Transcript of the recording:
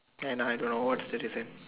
ya now I don't know what's the different